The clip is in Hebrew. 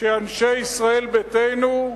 שאנשי ישראל ביתנו,